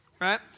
right